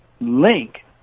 link